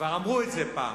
כבר אמרו את זה פעם,